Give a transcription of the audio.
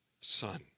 son